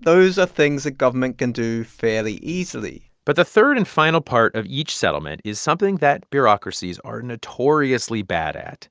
those are things that government can do fairly easily but the third and final part of each settlement is something that bureaucracies are notoriously bad at